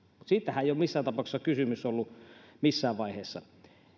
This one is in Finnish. siitähän ei ole missään tapauksessa kysymys ollut missään vaiheessa